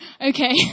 Okay